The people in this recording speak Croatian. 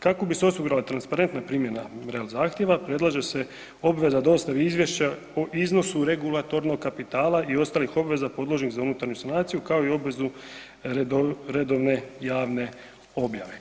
Kako bi se osigurala transparentna primjena real zahtjeva predlaže se obveza dostave izvješća po iznosu regulatornog kapitala i ostalih obveza podložnih za unutarnju sanaciju kao i obvezu redovne javne objave.